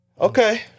Okay